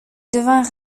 devint